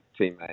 teammate